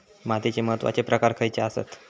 मातीचे महत्वाचे प्रकार खयचे आसत?